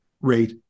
rate